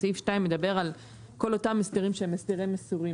סעיף 2 מדבר על כל אותם הסדרים שהם הסדרים מסורים,